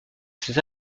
ses